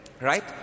Right